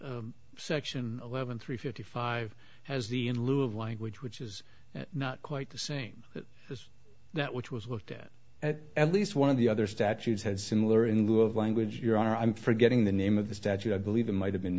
a section eleven three fifty five has the in lieu of language which is not quite the same as that which was looked at at least one of the other statutes had similar in lieu of language your honor i'm forgetting the name of the statute i believe it might have been